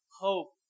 hope